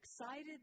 excited